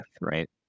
right